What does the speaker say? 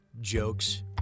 jokes